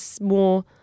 more